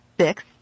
Six